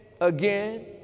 again